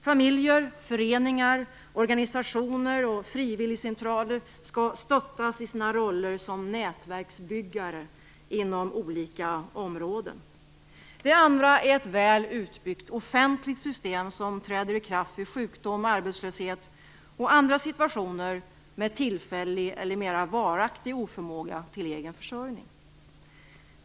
Familjer, föreningar, organisationer och frivilligcentraler skall stöttas i sina roller som nätverksbyggare inom olika områden. Det andra är ett väl utbyggt offentligt system som träder i kraft vid sjukdom, arbetslöshet och andra situationer med tillfällig eller mera varaktig oförmåga till egen försörjning.